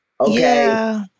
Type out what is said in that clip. Okay